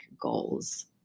goals